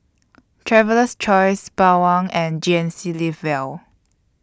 Traveler's Choice Bawang and G N C Live Well